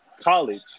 college